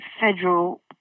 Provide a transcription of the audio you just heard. federal